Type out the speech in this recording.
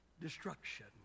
destruction